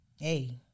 Hey